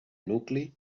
nucli